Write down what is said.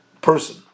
person